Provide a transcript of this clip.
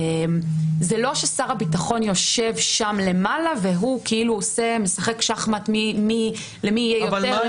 זה לא ששר הביטחון יושב שם למעלה והוא כאילו משחק שחמט למי יהיה יותר,